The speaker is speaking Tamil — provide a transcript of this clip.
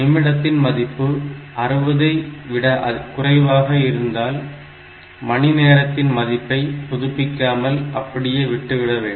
நிமிடத்தின் மதிப்பு 60 ஐ விட குறைவாக இருந்தால் மணி நேரத்தின் மதிப்பை புதுப்பிக்காமல் அப்படியே விட்டு விட வேண்டும்